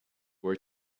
were